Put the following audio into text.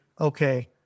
okay